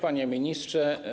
Panie Ministrze!